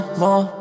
more